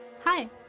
hi